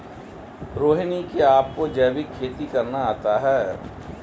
रोहिणी, क्या आपको जैविक खेती करना आता है?